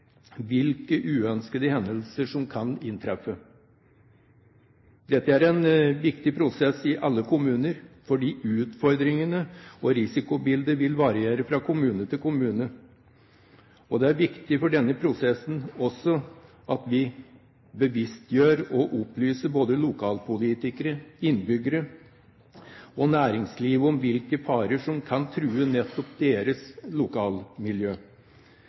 hvilke uønskede hendelser som kan inntreffe. Dette er en viktig prosess i alle kommuner, fordi utfordringene og risikobildet vil variere fra kommune til kommune. Det er viktig for denne prosessen at vi bevisstgjør og opplyser både lokalpolitikere, innbyggere og næringslivet om hvilke farer som kan true nettopp deres lokalmiljø.